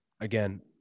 again